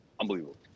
Unbelievable